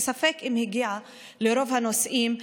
שספק אם הגיעה לרוב הנוסעים,